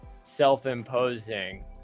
self-imposing